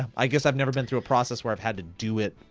i guess i've never been through a process where i've had to do it,